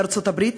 בארצות-הברית